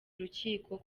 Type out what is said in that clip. urukiko